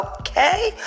Okay